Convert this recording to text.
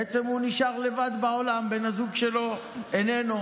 בעצם הוא נשאר לבד בעולם, בן הזוג שלו איננו,